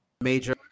major